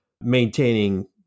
maintaining